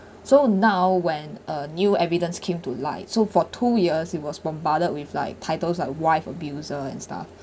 so now when a new evidence came to light so for two years it was bombarded with like titles like wife abuser and stuff